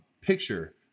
picture